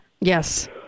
Yes